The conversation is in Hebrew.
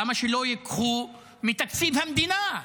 למה שלא ייקחו מתקציב המדינה?